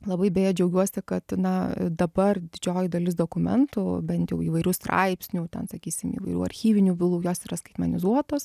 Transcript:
labai beje džiaugiuosi kad na dabar didžioji dalis dokumentų bent jau įvairių straipsnių ten sakysim įvairių archyvinių bylų jos yra skaitmenizuotos